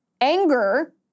anger